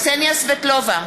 קסניה סבטלובה,